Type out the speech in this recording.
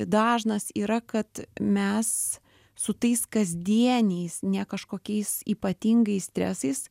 dažnas yra kad mes su tais kasdieniais ne kažkokiais ypatingais stresais